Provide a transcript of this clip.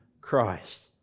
Christ